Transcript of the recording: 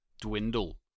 dwindle